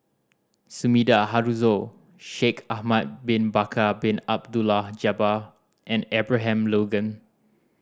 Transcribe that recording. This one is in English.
Sumida Haruzo Shaikh Ahmad Bin Bakar Bin Abdullah Jabbar and Abraham Logan